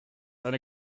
eine